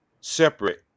separate